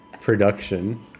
production